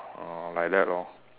uh like that lor